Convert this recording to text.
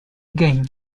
game